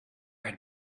had